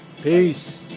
Peace